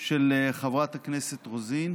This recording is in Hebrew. של חברת הכנסת רוזין